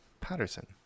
Patterson